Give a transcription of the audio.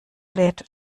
lädt